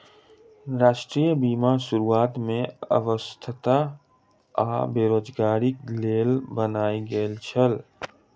राष्ट्रीय बीमा शुरुआत में अस्वस्थता आ बेरोज़गारीक लेल बनायल गेल छल